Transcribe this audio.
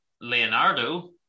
Leonardo